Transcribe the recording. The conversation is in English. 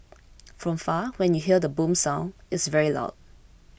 from far when you hear the boom sound it's very loud